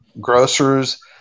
grocers